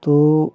तो